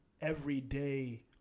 everyday